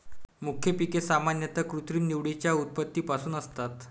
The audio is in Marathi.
मुख्य पिके सामान्यतः कृत्रिम निवडीच्या उत्पत्तीपासून असतात